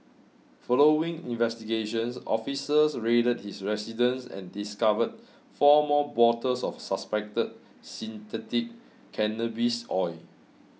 following investigations officers raided his residence and discovered four more bottles of suspected synthetic cannabis oil